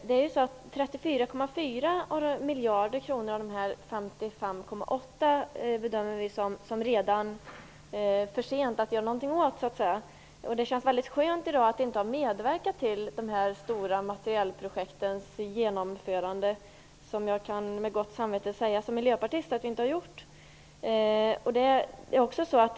Herr talman! Vi bedömer att det redan är för sent att göra någonting åt 34,4 miljarder av de 55,8. Det känns i dag väldigt skönt att inte ha medverkat till genomförandet av dessa stora materielprojekt. Som miljöpartist kan jag med gott samvete säga att vi inte har gjort det.